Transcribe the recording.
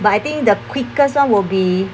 but I think the quickest one will be